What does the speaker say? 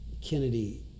Kennedy